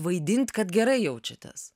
vaidint kad gerai jaučiatės